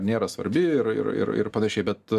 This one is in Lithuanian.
nėra svarbi ir ir ir ir panašiai bet